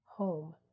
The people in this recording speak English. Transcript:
home